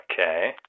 Okay